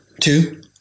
two